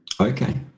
Okay